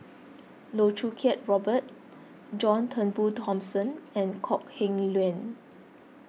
Loh Choo Kiat Robert John Turnbull Thomson and Kok Heng Leun